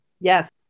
Yes